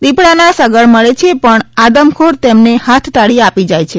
દીપડાના સગડ મળે છે પણ આદમખોર તેમને હાથતાળી આપી જાય છે